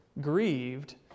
grieved